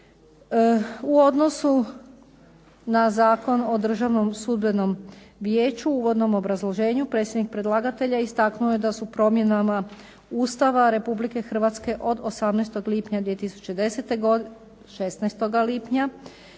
U odnosu na Zakon o Državnom sudbenom vijeću u uvodnom obrazloženju predsjednik predlagatelja istaknuo je da su promjenama Ustava Republike Hrvatske od 16. lipnja 2010. godine značajno